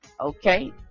okay